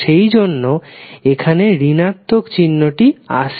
সেই জন্য এখানে ঋণাত্মক চিহ্ন টি আসছে